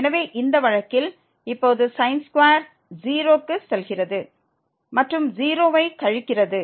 எனவே இந்த வழக்கில் இப்போது 0 க்கு செல்கிறது மற்றும் 0 வை கழிக்கிறது